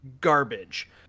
garbage